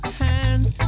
hands